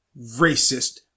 racist